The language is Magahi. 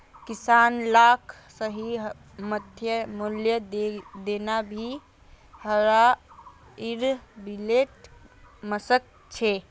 किसान लाक सही समर्थन मूल्य देना भी इरा बिलेर मकसद छे